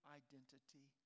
identity